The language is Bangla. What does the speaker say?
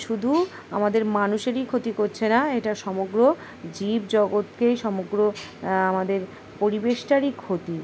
শুধু আমাদের মানুষেরই ক্ষতি করছে না এটা সমগ্র জীব জগৎকেই সমগ্র আমাদের পরিবেশটারই ক্ষতি